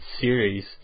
series